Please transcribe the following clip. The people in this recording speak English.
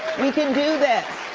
we can do this.